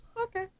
okay